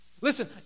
Listen